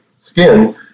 skin